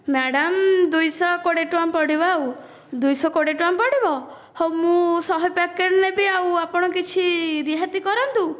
madam ଦୁଇ ଶହ କୋଡ଼ିଏ ଟଙ୍କା ପଡ଼ିବ ଆଉ ଦୁଇ ଶହ କୋଡ଼ିଏ ଟଙ୍କା ପଡ଼ିବ ହେଉ ମୁଁ ଶହେ ପ୍ୟାକେଟ ନେବି ଆଉ ଆପଣ କିଛି ରିହାତି କରନ୍ତୁ